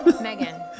Megan